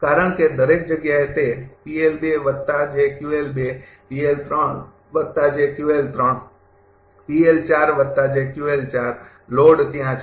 કારણ કે દરેક જગ્યાએ તે લોડ ત્યાં છે